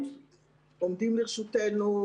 עומדים לרשותנו,